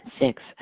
Six